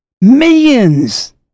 Millions